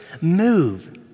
move